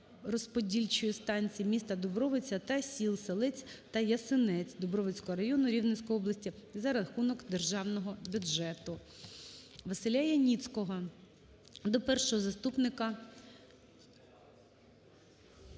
газорозподільчої станції міста Дубровиця та сіл Селець та Ясинець Дубровицького району Рівненської області за рахунок державного бюджету.